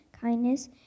kindness